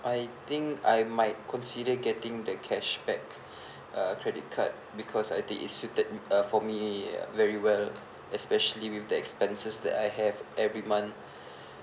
I think I might consider getting the cashback uh credit card because I think it's suited uh for me very well especially with the expenses that I have every month